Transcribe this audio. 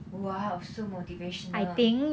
!wow! so motivational